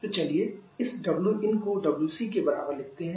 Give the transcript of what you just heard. तो चलिए इस Win को WC के बराबर लिखते हैं